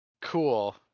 Cool